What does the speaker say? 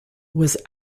was